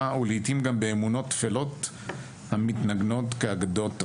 ולעתים גם באמונות טפלות המתנגנות כאגדות עם.